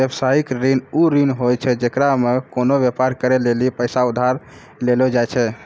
व्यवसायिक ऋण उ ऋण होय छै जेकरा मे कोनो व्यापार करै लेली पैसा उधार लेलो जाय छै